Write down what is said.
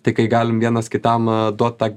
tai kai galim vienas kitam duot tą